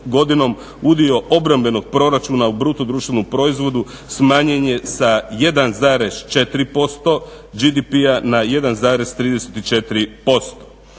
udio obrambenog proračuna u BDP-u smanjen je sa 1,4% GDP-a na 1,34%.